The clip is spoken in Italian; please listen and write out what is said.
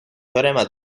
teorema